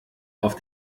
auf